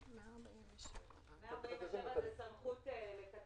זה שש שנים?